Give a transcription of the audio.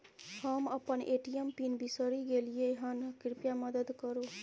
हम अपन ATM pin बिसरि गलियै हन, कृपया मदद करु